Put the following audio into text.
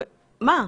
מה?